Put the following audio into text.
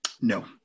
No